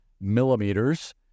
millimeters